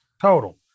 total